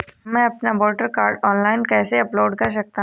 मैं अपना voter card online कैसे अपलोड कर सकता हूँ?